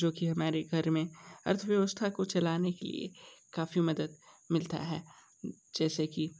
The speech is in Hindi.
जो कि हमारे घर में अर्थव्यवस्था को चलाने के लिए काफ़ी मदद मिलती है जैसे कि